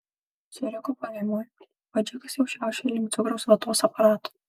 suriko pavymui o džekas jau šiaušė link cukraus vatos aparato